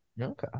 Okay